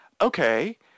Okay